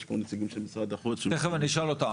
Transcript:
יש פה נציגים של משרד החוץ --- תכף אני אשאל אותם.